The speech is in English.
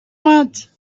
want